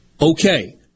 okay